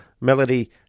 Melody